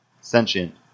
sentient